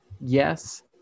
yes